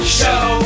show